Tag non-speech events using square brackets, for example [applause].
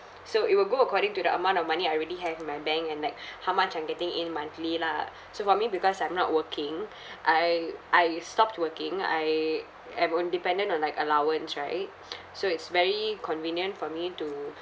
so it will go according to the amount of money I already have in my bank and like how much I'm getting in monthly lah so for me because I'm not working I I stopped working I am on dependent on like allowance right [noise] so it's very convenient for me to